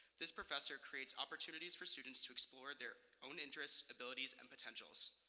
this professor creates opportunities for students to explore their own interests, abilities, and potentials.